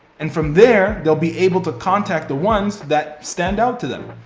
and from there, they'll be able to contact the ones that stand out to them,